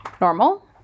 normal